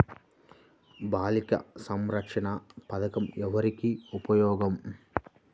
బాలిక సంరక్షణ పథకం ఎవరికి ఉపయోగము?